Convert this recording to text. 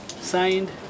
Signed